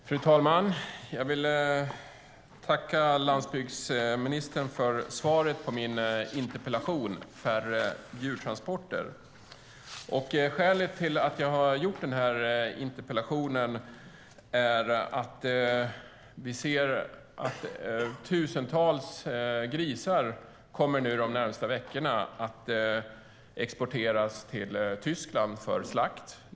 Fru talman! Jag vill tacka landsbygdsministern för svaret på min interpellation om färre djurtransporter. Skälet till att jag har skrivit interpellationen är att vi ser att tusentals grisar kommer att exporteras till Tyskland för slakt under de närmaste veckorna.